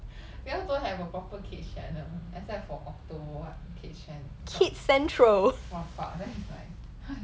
Singapore don't have a proper kids channel except for Octo what kids chan~ got !wah! fuck that is like !hais!